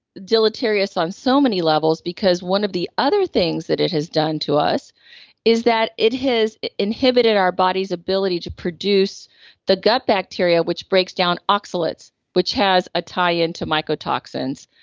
deleterious on so many levels because one of the other things that it has done to us is that it has inhibited our body's ability to produce the gut bacteria which breaks down oxalates which has a tie into mycotoxins,